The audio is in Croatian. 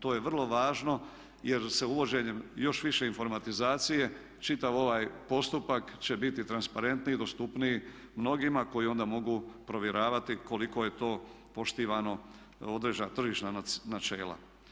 To je vrlo važno jer se uvođenjem još više informatizacije čitav ovaj postupak će biti transparentniji, dostupniji mnogima koji onda mogu provjeravati koliko je to poštivano tržišna načela.